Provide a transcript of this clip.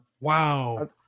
Wow